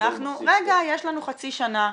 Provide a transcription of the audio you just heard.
יש לנו חצי שנה.